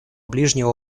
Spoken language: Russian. ближнего